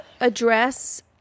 address